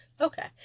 Okay